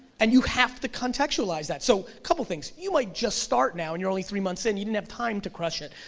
and you have to contextualize that. so couple things, you might just start now, and you're only three months in, and you didn't have time to crush it,